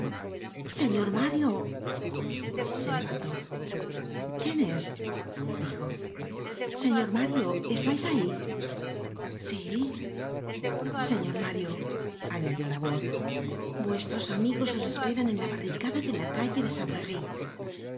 señor mario se levantó quién es dijo señor mario estais ahí sí señor mario añadió la voz vuestros amigos os esperan en la harneado dela calle de